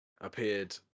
appeared